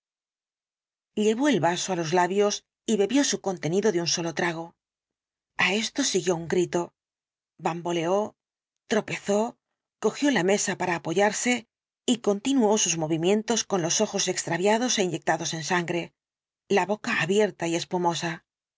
llevó el vaso á los labios y bebió su contenido de un solo trago a esto siguió un grito bamboleó tropezó cogió la mesa para apoyarse y continuó sus movimientos con los ojos extraviados é inyectados en sangre la boca abierta y espumosa